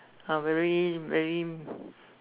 uh very very